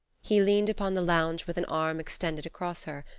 he leaned upon the lounge with an arm extended across her,